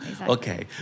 Okay